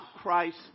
Christ